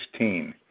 2016